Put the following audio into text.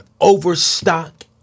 overstock